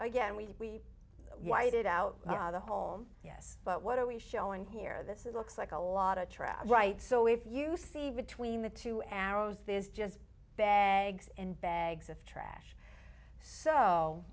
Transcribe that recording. again we whited out the hole yes but what are we showing here this is looks like a lot of trash right so if you see between the two arrows there's just bags and bags of trash so